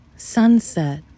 Sunset